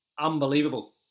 unbelievable